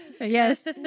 Yes